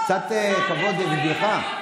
קצת כבוד, בשבילך.